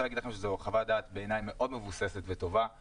להגיד לכם שזו חוות דעת בעיניי מאוד מבוססת וטובה,